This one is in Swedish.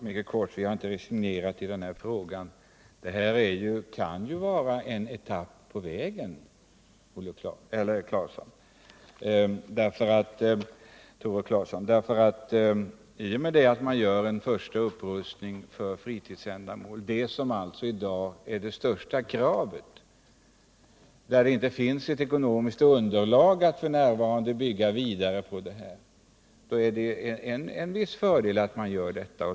Herr talman! Vi har inte resignerat i den här frågan. Detta kan ju vara en etapp på vägen, Tore Claeson. Att man gör en första upprustning för fritidsändamål — vilket alltså i dag är det största kravet, eftersom det inte f. n. finns ett ekonomiskt underlag för att bygga vidare — innebär en viss fördel.